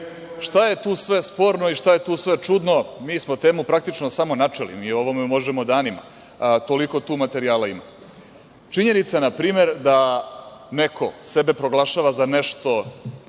je tu sve sporno i šta je tu sve čudno? Mi smo teme praktično samo načeli, mi o ovome možemo danima, toliko tu materijala ima. Činjenica na primer da neko sebe proglašava za nešto